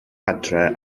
adre